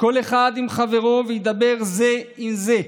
כל אחד עם חברו וידברו זה עם זה,